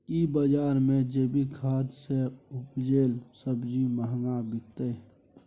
की बजार मे जैविक खाद सॅ उपजेल सब्जी महंगा बिकतै?